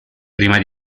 prima